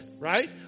Right